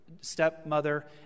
stepmother